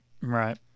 Right